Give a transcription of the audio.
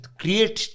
create